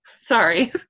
Sorry